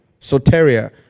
soteria